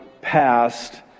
passed